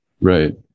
Right